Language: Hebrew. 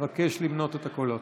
אבקש למנות את הקולות.